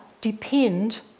depend